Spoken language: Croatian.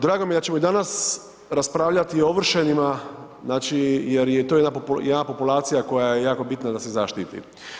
Drago mi je da ćemo i danas raspravljati o ovršenima, znači jer je to jedna populacija koja je jako bitna da se zaštiti.